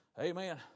Amen